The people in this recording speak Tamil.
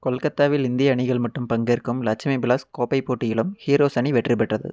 கொல்கத்தாவில் இந்திய அணிகள் மட்டுமே பங்கேற்கும் லட்சுமிபிலாஸ் கோப்பை போட்டியிலும் ஹீரோஸ் அணி வெற்றி பெற்றது